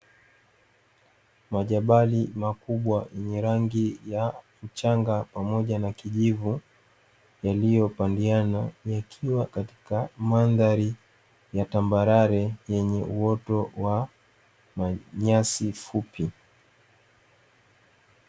Majabali makubwa yenye rangi ya mchanga pamoja na kijivu yaliyopandiana, yakiwa katika mandhari ya tambarare yenye uoto wa nyasi fupi.